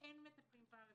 ואין מטפלים פרה-רפואיים.